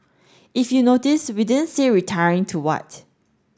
if you notice we didn't say retiring to what